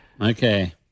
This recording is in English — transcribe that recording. Okay